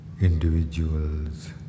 individuals